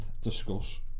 Discuss